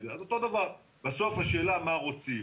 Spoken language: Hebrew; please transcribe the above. בסוף השאלה היא מה רוצים.